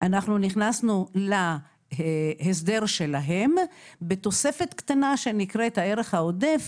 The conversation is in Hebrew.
אנחנו נכנסנו להסדר שלהם בתוספת קטנה שנקראת הערך העודף,